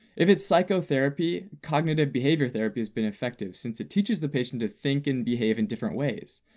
if it's psychotherapy, cognitive behavior therapy has been effective since it teaches the patient to think and behave in different ways,